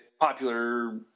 popular